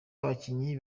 abakinnyi